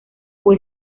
fue